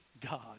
God